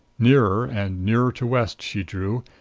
nearer and nearer to west she drew,